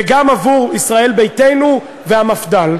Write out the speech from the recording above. וגם עבור ישראל ביתנו והמפד"ל,